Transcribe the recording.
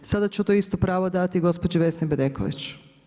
Sada ću to isto pravo dati gospođi Vesni Bedeković.